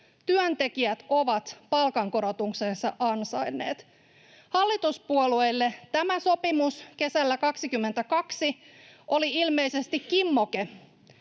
Työntekijät ovat palkankorotuksensa ansainneet. Hallituspuolueille tämä sopimus kesällä 22 oli ilmeisesti kimmoke